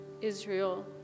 Israel